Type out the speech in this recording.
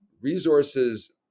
resources